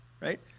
right